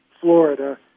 Florida